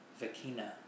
Vikina